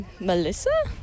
Melissa